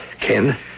Ken